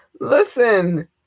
Listen